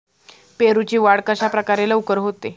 पेरूची वाढ कशाप्रकारे लवकर होते?